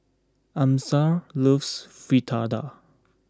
Amasa loves Fritada